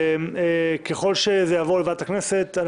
ככל שזה יעבור לוועדת הכנסת,